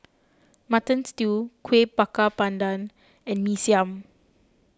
Mutton Stew Kueh Bakar Pandan and Mee Siam